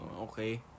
okay